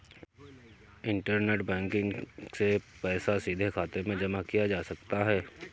internet banking से पैसा सीधे खाते में जमा किया जा सकता है